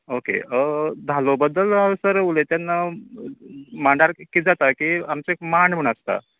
okay धालो बद्दल हांव सर उलयता तेन्ना मांडार कितें जाता की आमचो एक मांड म्हण आसता